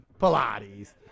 Pilates